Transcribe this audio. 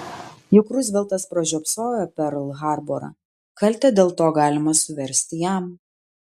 juk ruzveltas pražiopsojo perl harborą kaltę dėl to galima suversti jam